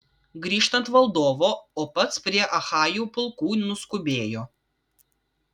grįžtant valdovo o pats prie achajų pulkų nuskubėjo